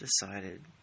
decided